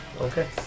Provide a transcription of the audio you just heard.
Okay